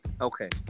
Okay